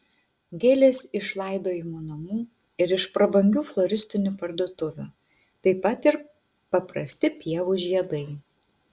gėlės iš laidojimo namų ir iš prabangių floristinių parduotuvių taip pat ir paprasti pievų žiedai